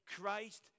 Christ